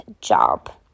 job